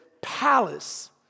palace